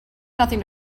nothing